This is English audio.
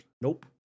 nope